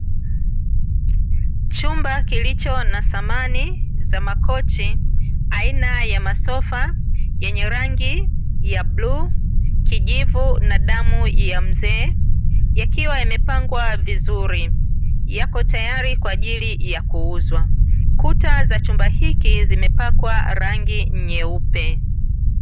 Chumba kilicho na samani za makochi aina ya masofa yenye rangi ya bluu, kijivu na damu ya mzee, yakiwa yamepangwa vizuri yako tayari kwa ajili ya kuuzwa. Kuta za chumba hiki zimepakwa rangi nyeupe.